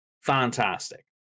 Fantastic